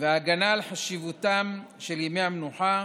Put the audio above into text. וההגנה על חשיבותם של ימי המנוחה,